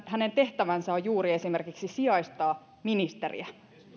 hänen tehtävänsä on juuri esimerkiksi sijaistaa ministeriä